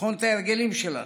לבחון את ההרגלים שלנו,